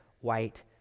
white